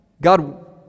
God